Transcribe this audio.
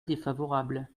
défavorable